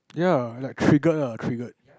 ya like triggered lah triggered